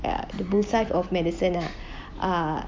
ah the bull's eye of medicine ah ah